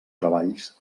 treballs